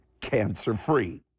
cancer-free